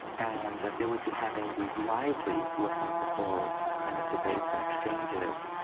and that they would be having these lively philosophical kind of debates and exchanges.